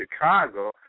Chicago